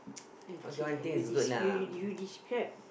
okay you des~ you you you describe